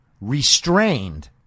restrained